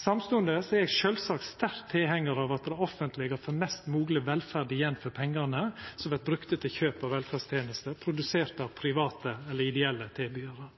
Samstundes er eg sjølvsagt sterk tilhengjar av at det offentlege får mest mogleg velferd igjen for pengane som vert brukte til kjøp av velferdstenester produserte av private eller ideelle